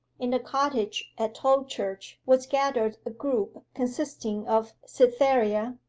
in the cottage at tolchurch was gathered a group consisting of cytherea,